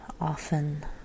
often